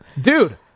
Dude